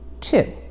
Two